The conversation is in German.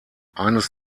eines